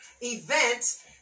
event